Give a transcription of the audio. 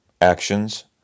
actions